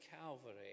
Calvary